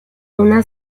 una